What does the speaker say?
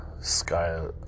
Sky